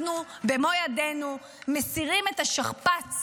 אנחנו, במו ידינו, מסירים את השכפ"ץ